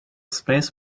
space